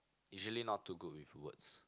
usually not too good with words